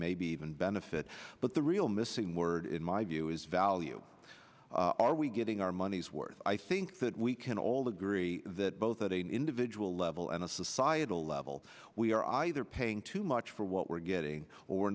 maybe even benefit but the real missing word in my view is value are we getting our money's worth i think that we can all agree that both that a individual level and a societal level we are either paying too much for what we're getting